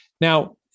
Now